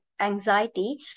anxiety